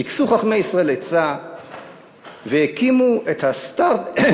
טיכסו חכמי ישראל עצה והקימו את הסטרט-אפ